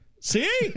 See